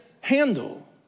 handle